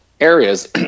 areas